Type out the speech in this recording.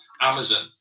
Amazon